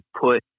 put